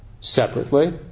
separately